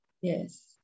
Yes